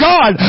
God